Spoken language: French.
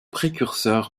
précurseur